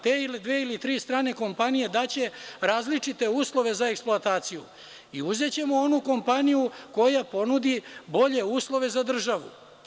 Te dve ili tri strane kompanije daće različite uslove za eksploataciju i uzećemo onu kompaniju koja ponudi bolje uslove za državu.